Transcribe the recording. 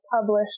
published